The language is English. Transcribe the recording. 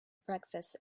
breakfast